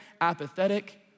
apathetic